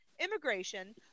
immigration